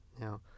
now